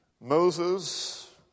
Moses